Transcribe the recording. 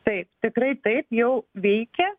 taip tikrai taip jau veikia